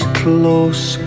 close